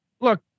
look